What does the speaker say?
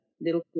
little